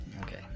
Okay